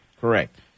Correct